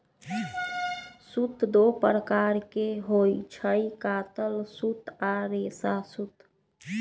सूत दो प्रकार के होई छई, कातल सूत आ रेशा सूत